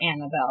Annabelle